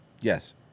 Yes